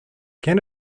can